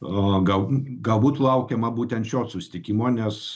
a gal galbūt laukiama būtent šio susitikimo nes